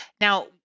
Now